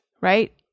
right